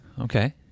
okay